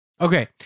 Okay